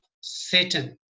Satan